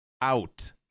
out